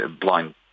blind